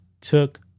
took